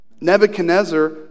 Nebuchadnezzar